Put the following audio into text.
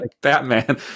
Batman